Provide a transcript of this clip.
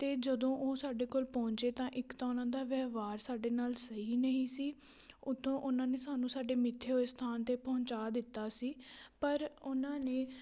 ਅਤੇ ਜਦੋਂ ਉਹ ਸਾਡੇ ਕੋਲ ਪਹੁੰਚੇ ਤਾਂ ਇੱਕ ਤਾਂ ਉਹਨਾਂ ਦਾ ਵਿਵਹਾਰ ਸਾਡੇ ਨਾਲ ਸਹੀ ਨਹੀਂ ਸੀ ਉਥੋਂ ਉਹਨਾਂ ਨੇ ਸਾਨੂੰ ਸਾਡੇ ਮਿੱਥੇ ਹੋਏ ਸਥਾਨ 'ਤੇ ਪਹੁੰਚਾ ਦਿੱਤਾ ਸੀ ਪਰ ਉਹਨਾਂ ਨੇ